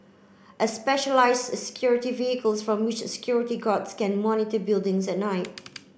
a specialised security vehicles from which security guards can monitor buildings at night